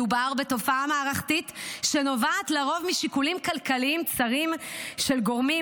מדובר בתופעה מערכתית שנובעת לרוב משיקולים כלכליים צרים של גורמים